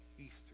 Easter